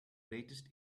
latest